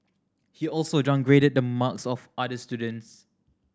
he also downgraded the marks of other students